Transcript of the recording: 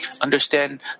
understand